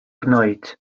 gwneud